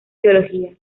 biología